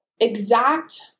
exact